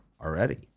already